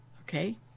okay